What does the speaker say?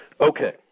Okay